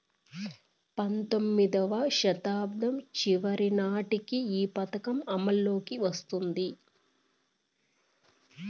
పంతొమ్మిదివ శతాబ్దం చివరి నాటికి ఈ పథకం అమల్లోకి వచ్చింది